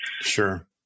Sure